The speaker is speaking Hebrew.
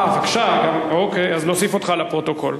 בבקשה, נוסיף אותך לפרוטוקול.